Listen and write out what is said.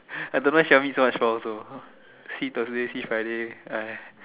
I don't know she want to meet so much for what also see Thursday see Friday !aiya!